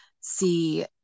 see